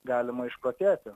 galima išprotėti